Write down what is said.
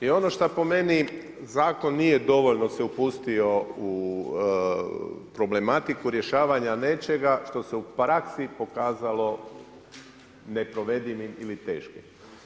I ono što po meni zakon nije dovoljno se upustio u problematiku rješavanja nečega što se u praksi pokazalo neprovedivim ili teškim.